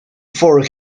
for